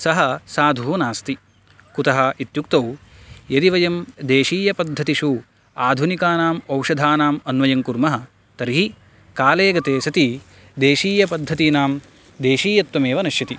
सः साधुः नास्ति कुतः इत्युक्तौ यदि वयं देशीयपद्धतिषु आधुनिकानाम् औषधानाम् अन्वयं कुर्मः तर्हि काले गते सति देशीयपद्धतीनां देशीयत्वमेव नश्यति